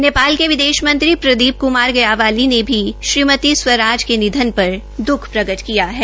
नेपाल के विदेश मंत्री प्रदीप कुमार गयावाली ने भी श्रीमती स्वराज के निधन पर द्ख प्रकट किया है